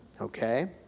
okay